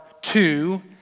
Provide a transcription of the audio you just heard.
two